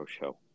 Show